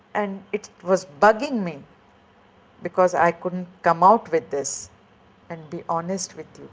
and it was bugging me because i couldn't come out with this and be honest with